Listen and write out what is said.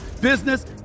business